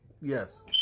yes